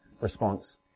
response